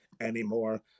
anymore